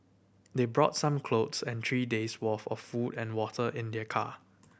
they brought some clothes and three days' worth of food and water in their car